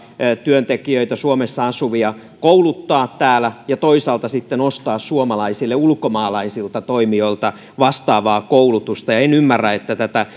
suomessa asuvia työntekijöitä kouluttaa täällä ja toisaalta sitten ostaneet suomalaisille ulkomaalaisilta toimijoilta vastaavaa koulutusta en ymmärrä että tätä